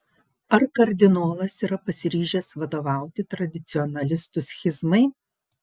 ar kardinolas yra pasiryžęs vadovauti tradicionalistų schizmai